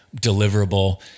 deliverable